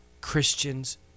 Christians